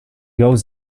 goes